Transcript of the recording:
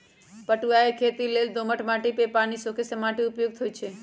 पटूआ के खेती लेल दोमट माटि जे पानि सोखे से माटि उपयुक्त होइ छइ